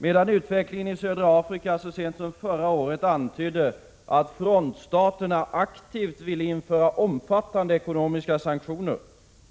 Medan utvecklingen i södra Afrika så sent som förra året antydde att frontstaterna aktivt ville införa omfattande ekonomiska sanktioner